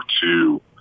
two